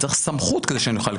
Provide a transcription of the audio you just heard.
צריך סמכות כדי שאני אוכל לקבל.